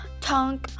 tongue